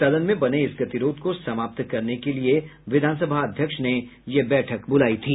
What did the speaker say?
सदन में बने इस गतिरोध को समाप्त करने के लिये विधानसभा अध्यक्ष ने बैठक बुलायी थी